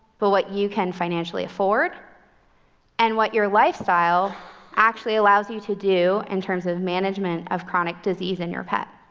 but what you can financially afford and what your lifestyle actually allows you to do in terms of management of chronic disease in your pet.